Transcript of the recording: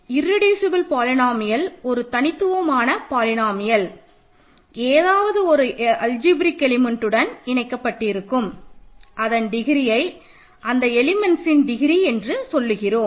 irreducible polynomial ஒரு தனித்துவமான polynomial ஏதாவது ஒரு அல்ஜிப்ரேக் எலிமெண்ட் உடன் இணைக்கப்பட்டிருக்கும் அதன் டிகிரியை அந்த எலிமெண்ட்ன் டிகிரி என்று சொல்லுகிறோம்